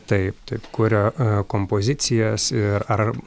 taip taip kuria kompozicijas ir ar